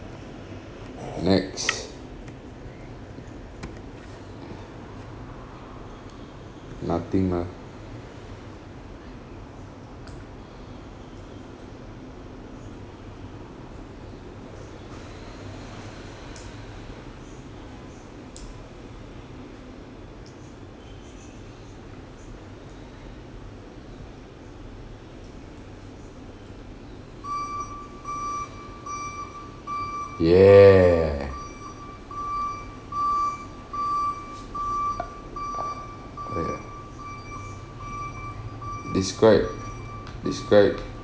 next nothing lah yeah why ah describe describe